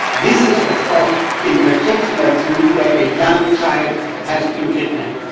this is of course in particular where a young child has been kidnapped.